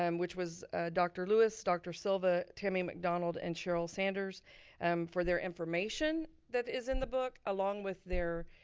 um which was dr. louis, dr. silva, timmy mcdonald and cheryl sanders um for their information that is in the book along with their